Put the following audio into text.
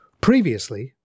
Previously